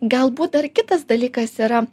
galbūt dar kitas dalykas yra